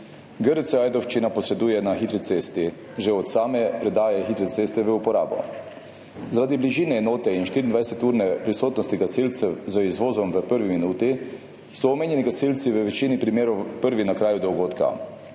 GRC Ajdovščina posreduje na hitri cesti že od same predaje hitre ceste v uporabo. Zaradi bližine enote in 24-urne prisotnosti gasilcev z izvozom v prvi minuti so omenjeni gasilci v večini primerov prvi na kraju dogodka,